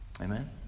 Amen